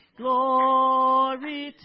glory